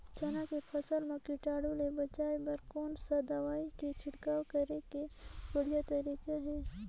चाना के फसल मा कीटाणु ले बचाय बर कोन सा दवाई के छिड़काव करे के बढ़िया तरीका हे?